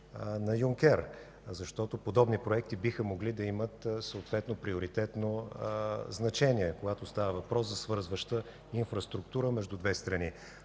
на Юнкер? Подобни проекти биха могли да имат съответно приоритетно значение, когато става въпрос за свързваща инфраструктура между две страни.